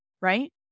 Right